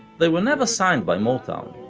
they were never signed by motown,